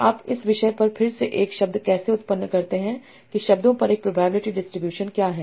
आप इस विषय पर फिर से एक शब्द कैसे उत्पन्न करते हैं कि शब्दों पर एक प्रोबेबिलिटी डिस्ट्रीब्यूशन क्या है